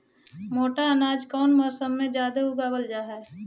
मोटा अनाज कौन मौसम में जादे उगावल जा हई?